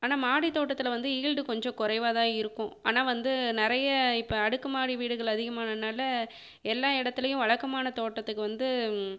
ஆனால் மாடி தோட்டத்தில் வந்து யீல்டு கொஞ்சம் குறைவாக தான் இருக்கும் ஆனால் வந்து நிறைய இப்போ அடுக்கு மாடி வீடுகள் அதிகமானதுனால் எல்லா இடத்துலையும் வழக்கமான தோட்டத்துக்கு வந்து